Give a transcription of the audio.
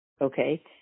Okay